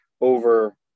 over